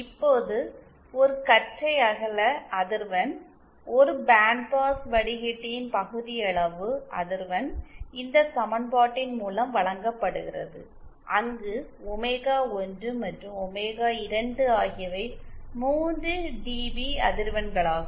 இப்போது ஒரு கற்றைஅகல அதிர்வெண் ஒரு பேண்ட் பாஸ் வடிகட்டியின் பகுதியளவு அதிர்வெண் இந்த சமன்பாட்டின் மூலம் வழங்கப்படுகிறது அங்கு ஒமேகா 1 மற்றும் ஒமேகா 2 ஆகியவை 3 டிபி அதிர்வெண்களாகும்